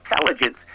intelligence